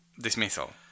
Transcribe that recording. dismissal